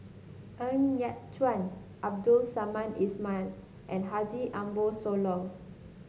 Ng Yat Chuan Abdul Samad Ismail and Haji Ambo Sooloh